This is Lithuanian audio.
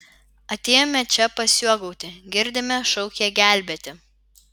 atėjome čia pasiuogauti girdime šaukia gelbėti